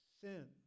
sin